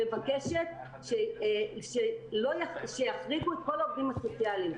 מבקשת שיחריגו את כל העובדים הסוציאליים.